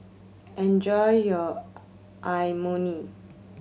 enjoy your Imoni